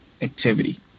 activity